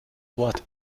wort